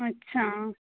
अच्छा